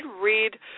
read